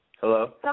Hello